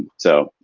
so,